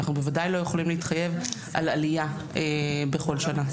אנחנו בוודאי לא יכולים להתחייב על עלייה בכל שנה.